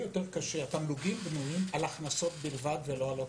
התמלוגים בנויים על הכנסות בלבד ולא על הוצאות,